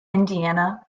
indiana